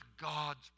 God's